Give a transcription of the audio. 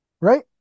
Right